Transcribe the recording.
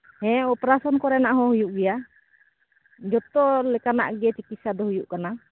ᱦᱮᱸ ᱚᱯᱟᱨᱮᱥᱚᱱ ᱠᱚᱨᱮᱱᱟᱜ ᱦᱚᱸ ᱦᱩᱩᱜ ᱜᱮᱭᱟ ᱡᱚᱛᱚ ᱞᱮᱠᱟᱱᱟᱜ ᱜᱮ ᱪᱤᱠᱤᱥᱥᱟ ᱫᱚ ᱦᱩᱭᱩᱜ ᱠᱟᱱᱟ